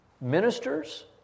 Ministers